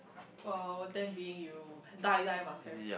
!wow! ten being you die die must have